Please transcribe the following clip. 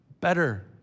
better